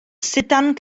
sidan